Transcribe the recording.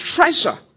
treasure